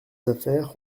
affaires